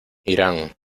irán